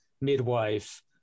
midwife